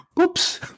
Oops